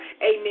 amen